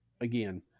again